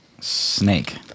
Snake